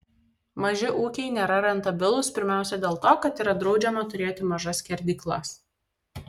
maži ūkiai nėra rentabilūs pirmiausia dėl to kad yra draudžiama turėti mažas skerdyklas